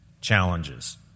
challenges